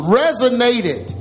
resonated